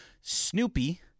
Snoopy